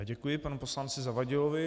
Děkuji panu poslanci Zavadilovi.